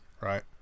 right